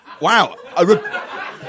Wow